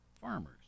farmers